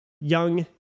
young